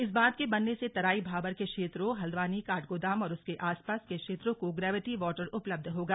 इस बांध के बनने से तराई भाबर के क्षेत्रों हल्द्वानी काठगोदाम और उसके आस पास के क्षेत्रों को ग्रेविटी वाटर उपलब्ध होगा